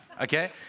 okay